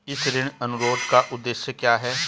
इस ऋण अनुरोध का उद्देश्य क्या है?